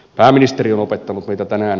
pääministeri on opettanut meitä tänään